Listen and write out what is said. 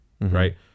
right